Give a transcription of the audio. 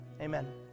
amen